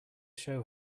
show